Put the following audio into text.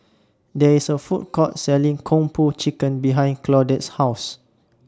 There IS A Food Court Selling Kung Po Chicken behind Claudette's House